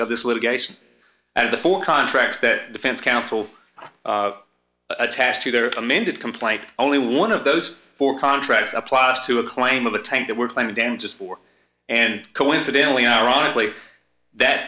of this litigation and the four contracts that defense counsel attached to their amended complaint only one of those four contracts applies to a claim of the time that we're claiming damages for and coincidentally ironically that